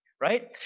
Right